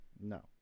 no